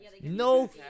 No